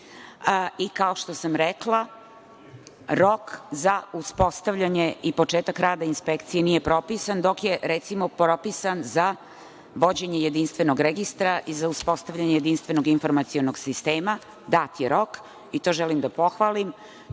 kao što sam rekla, rok za uspostavljanje i početak rada inspekcije nije propisan, dok je recimo propisan za vođenje jedinstvenog registra i za uspostavljanje jedinstvenog informacionog sistema dat je rok. To želim da pohvalim.